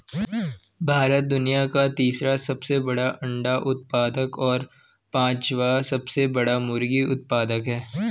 भारत दुनिया का तीसरा सबसे बड़ा अंडा उत्पादक और पांचवां सबसे बड़ा मुर्गी उत्पादक है